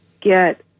get